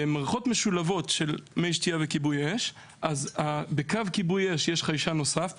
במערכות משולבות של מי שתייה וכיבוי אש בקו כיבוי אש יש חיישן נוסף,